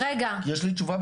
יש לי תשובה בשבילך.